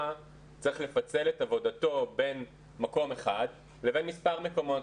צריך לפצל את עבודתו בין מקום אחד לבין מספר מקומות,